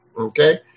Okay